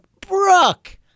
Brooke